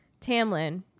Tamlin